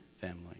family